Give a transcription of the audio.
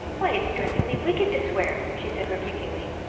why it's dreadfully wicked to swear, she said rebukingly.